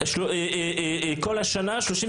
הם יכולים